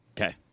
Okay